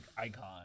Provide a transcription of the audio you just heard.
Icon